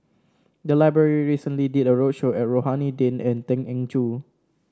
the library recently did a roadshow at Rohani Din and Tan Eng Joo